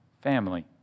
family